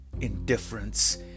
indifference